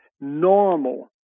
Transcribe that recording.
normal